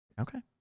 Okay